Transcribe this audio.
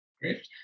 great